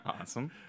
Awesome